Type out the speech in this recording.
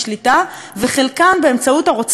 וחלקן באמצעות הרוצחים השקטים,